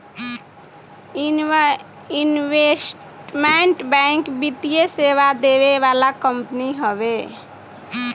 investment bank वित्तीय सेवा देवे वाला कंपनी हवे